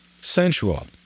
sensual